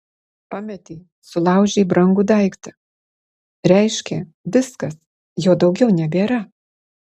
pametei sulaužei brangų daiktą reiškia viskas jo daugiau nebėra